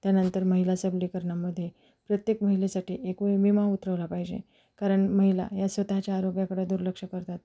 त्यानंतर महिला सबलीकरणामध्ये प्रत्येक महिलेसाठी एक विमा उतरवला पाहिजे कारण महिला या स्वतःच्या आरोग्याकडं दुर्लक्ष करतात